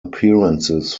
appearances